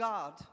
God